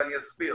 ואסביר.